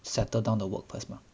settle down the work first mah